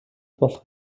болох